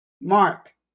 Mark